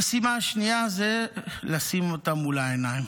המשימה השנייה היא לשים אותם מול העיניים,